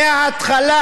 מההתחלה